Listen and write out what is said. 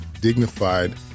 dignified